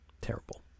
Terrible